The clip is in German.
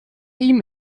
ihm